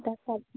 दा सान